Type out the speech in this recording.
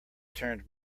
turned